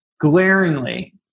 glaringly